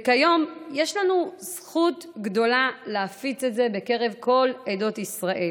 וכיום יש לנו זכות גדולה להפיץ את זה בקרב כל עדות ישראל.